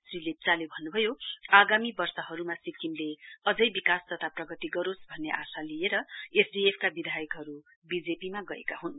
श्री लेप्चले भन्नुभयो आगामी वर्षहरुमा सिक्किमले अझै विकास तथा प्रगति गरोस् भन्ने आशा लिएर एसडिएफका विधायकहरु बीजेपीमा गएका हुन्